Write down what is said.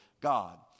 God